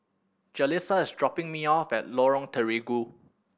Jalisa is dropping me off at Lorong Terigu